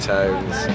Tones